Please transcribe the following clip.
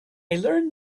learned